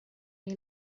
may